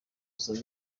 usome